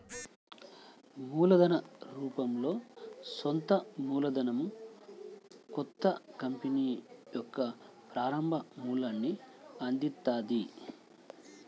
మూలధన రూపంలో సొంత మూలధనం కొత్త కంపెనీకి యొక్క ప్రారంభ మూలాన్ని అందిత్తది